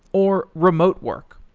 or remote work.